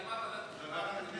היא אמרה ועדת חוקה,